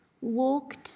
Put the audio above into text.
walked